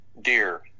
dear